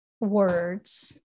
words